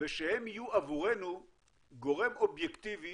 ושהם יהיו עבורנו גורם אובייקטיבי